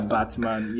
Batman